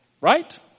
Right